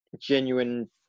genuine